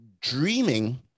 dreaming